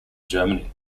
germany